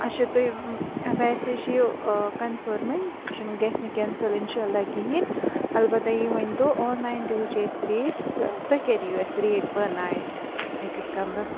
اچھا تُہۍ ویسے چھُ یہِ آ کَنفٕرمٕے یہِ چھُنہٕ گَژھِ نہٕ کینسٕل اِنشاہ اللہ کِہیٖنٛۍ اَلبَتاہ یہِ ؤنۍتَو آن لایِن تہِ وُچھے اَسہِ ریٹ تہٕ تۅہہِ کیٛاہ دِیِو اسہِ ریٹ پٔر نایِٹ أکِس کَمرَس